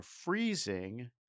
freezing